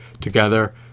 together